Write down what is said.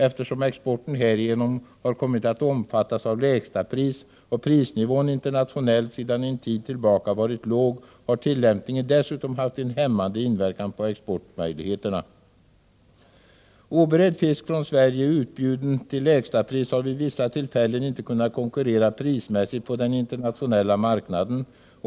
Eftersom exporten härigenom har kommit att omfattas av lägstapris och prisnivån internationellt sedan en tid tillbaka varit låg, har tillämpningen dessutom haft en hämmande inverkan på exportmöjligheterna. Oberedd fisk från Sverige utbjuden till lägstapris har vid vissa tillfällen inte kunnat konkurrera prismässigt på den internationella marknaden.